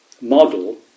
model